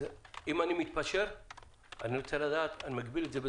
אם אני מתפשר אני רוצה להגביל את זה בזמן,